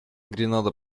гренада